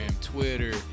Twitter